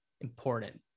important